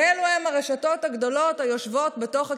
אלו הן הרשתות הגדולות היושבות בתוך הקניונים.